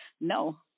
No